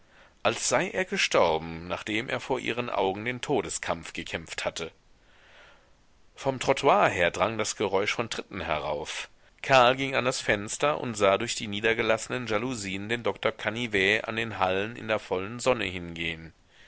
als sei er gestorben nachdem er vor ihren augen den todeskampf gekämpft hatte vom trottoir her drang das geräusch von tritten herauf karl ging an das fenster und sah durch die niedergelassenen jalousien den doktor canivet an den hallen in der vollen sonne hingehen